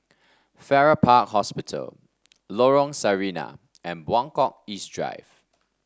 Farrer Park Hospital Lorong Sarina and Buangkok East Drive